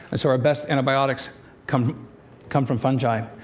and so our best antibiotics come come from fungi.